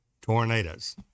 tornadoes